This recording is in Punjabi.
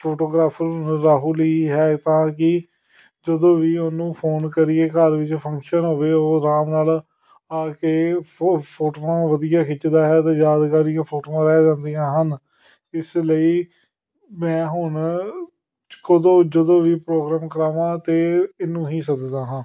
ਫੋਟੋਗ੍ਰਾਫਰ ਰਾਹੁਲ ਹੀ ਹੈ ਤਾਂ ਕਿ ਜਦੋਂ ਵੀ ਉਹਨੂੰ ਫੋਨ ਕਰੀਏ ਘਰ ਵਿੱਚ ਫੰਕਸ਼ਨ ਹੋਵੇ ਉਹ ਆਰਾਮ ਨਾਲ ਆ ਕੇ ਫੋ ਫੋਟੋਆਂ ਵਧੀਆ ਖਿੱਚਦਾ ਹੈ ਅਤੇ ਯਾਦਗਾਰੀ ਉਹ ਫੋਟੋਆਂ ਰਹਿ ਜਾਂਦੀਆਂ ਹਨ ਇਸ ਲਈ ਮੈਂ ਹੁਣ ਕਦੋਂ ਜਦੋਂ ਵੀ ਪ੍ਰੋਗਰਾਮ ਕਰਾਵਾਂ ਤਾਂ ਇਹਨੂੰ ਹੀ ਸੱਦਦਾ ਹਾਂ